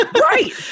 Right